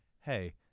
hey